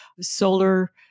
solar